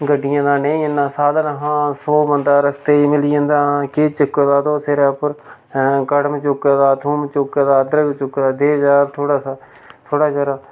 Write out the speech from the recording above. गड्डियें दा नेईं इन्ना साधन हा सौ बंदा रस्ते च मिली जंदा केह् चुक्के दा तोह् सिरै उप्पर हैं कड़म चुक्के दा थोम चुक्के दा अदरक चुक्के दा दे जार थोह्ड़ा सारा